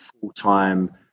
full-time